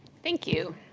thank you.